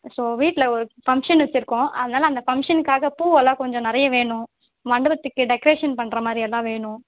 so வீட்டில் ஒரு function வெச்சுருக்கோம் அதனால் அந்த ஃபங்க்ஷனுக்காக பூவெல்லாம் கொஞ்சம் நிறையா வேணும் மண்டபத்துக்கு டெக்ரேஷன் பண்ணுற மாதிரி எல்லாம் வேணும்